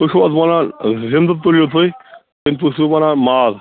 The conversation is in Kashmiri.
تُہۍ چھُو حظ وَنان زِنٛدٕ تُلتھٕے کِنہٕ تُہۍ چھُو وَنان ماز